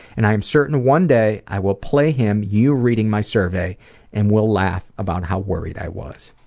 and i'm certain one day i will play him you reading my survey and we'll laugh about how worried i was.